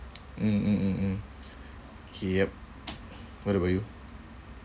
mm mm mm mm yup what about you